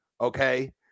okay